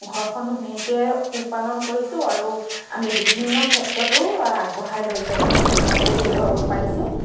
ঘৰখন ধুনীয়াকে পোহপালন কৰিছোঁ আৰু আমি বিভিন্ন ক্ষেত্ৰতো আগবঢ়াই লৈ যাবলৈ চেষ্টা কৰিছো পাৰিছোঁ